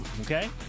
okay